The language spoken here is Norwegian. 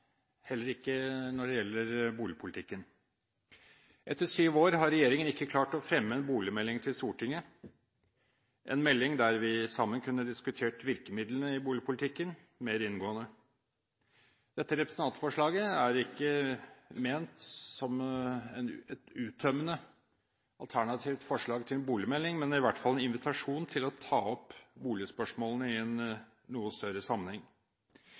heller ikke når det gjelder boligpolitikken. Etter syv år har regjeringen ikke klart å fremme en boligmelding til Stortinget, en melding der vi sammen kunne diskutert virkemidlene i boligpolitikken mer inngående. Dette representantforslaget er ikke ment som et uttømmende alternativt forslag til en boligmelding, men det er i hvert fall en invitasjon til å ta opp boligspørsmålene i en noe større sammenheng.